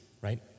Right